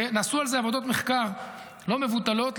ונעשו על זה עבודות מחקר לא מבוטלות,